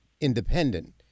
independent